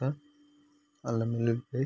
ఇంకా అల్లం వెల్లుల్లి పేస్ట్